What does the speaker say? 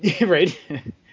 right